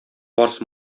барс